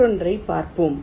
மற்றொன்றைப் பார்ப்போம்